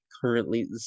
currently